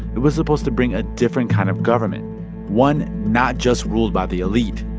it was supposed to bring a different kind of government one not just ruled by the elite.